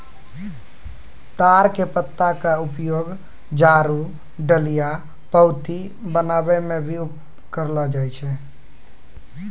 ताड़ के पत्ता के उपयोग झाड़ू, डलिया, पऊंती बनाय म भी करलो जाय छै